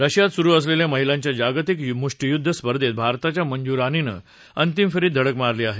रशियात सुरू असलेल्या महिलांच्या जागतिक मुष्टीयुद्ध स्पर्धेत भारताच्या मंजु रानीनं अंतिम फेरीत धडक मारली आहे